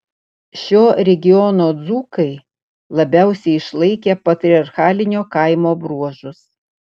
šio regiono dzūkai labiausiai išlaikę patriarchalinio kaimo bruožus